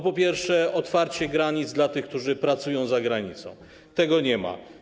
Po pierwsze, otwarcie granic dla tych, którzy pracują za granicą - tego nie ma.